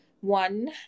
One